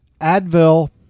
Advil